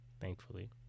thankfully